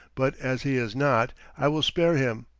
but as he is not, i will spare him.